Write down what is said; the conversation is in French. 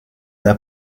n’a